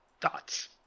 Thoughts